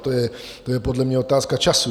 To je podle mě otázka času.